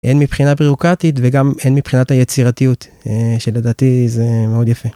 הן מבחינה בירוקרטית וגם... הן מבחינת היצירתיות שלדעתי זה מאוד יפה.